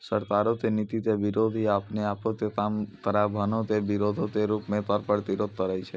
सरकारो के नीति के विरोध या अपने आपो मे कराधानो के विरोधो के रूपो मे कर प्रतिरोध करै छै